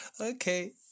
Okay